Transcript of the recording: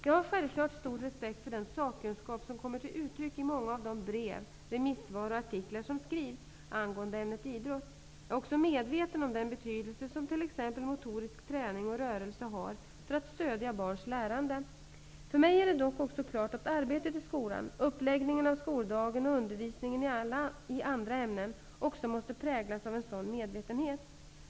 Jag har självfallet stor respekt för den sakkunskap som kommer till uttryck i många av de brev, remissvar och artiklar som skrivs angående ämnet idrott. Jag är också medveten om den betydelse som t.ex. motorisk träning och rörelse har för att stödja barns lärande. För mig är det dock också klart att arbetet i skolan -- uppläggningen av skoldagen och undervisningen i andra ämnen -- också måste präglas av en sådan medvetenhet.